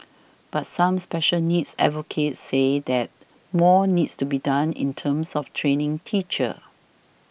but some special needs advocates say that more needs to be done in terms of training teachers